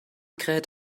kräht